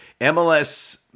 MLS